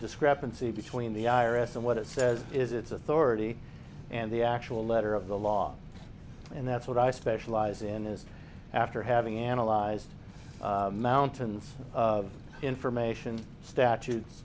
discrepancy between the i r s and what it says is its authority and the actual letter of the law and that's what i specialize in is after having analyzed mountains of information statutes